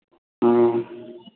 हाँ